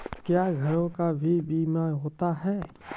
क्या घरों का भी बीमा होता हैं?